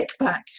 kickback